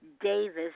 Davis